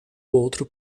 outro